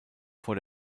vor